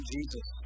Jesus